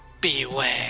Beware